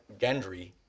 Gendry